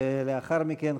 ולאחר מכן,